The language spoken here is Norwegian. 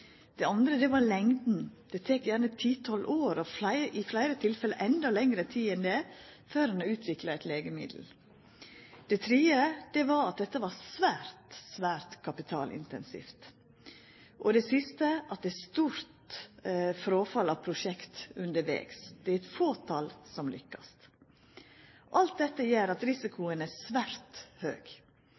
Det andre var lengda – det tek gjerne ti–tolv år, og i fleire tilfelle endå lengre tid enn det, før ein har utvikla eit legemiddel. Det tredje var at dette var svært, svært kapitalintensivt. Og det siste at det er stort fråfall av prosjekt undervegs. Det er eit fåtal som lykkast. Alt dette gjer at risikoen er svært høg,